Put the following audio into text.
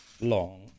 long